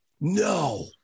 No